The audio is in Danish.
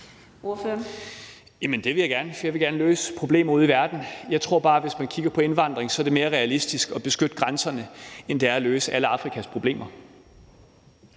jeg vil gerne løse problemer ude i verden. Jeg tror bare, at hvis man kigger på indvandring, så er det mere realistisk at beskytte grænserne, end det er at løse alle Afrikas problemer.